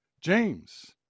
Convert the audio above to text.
James